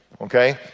Okay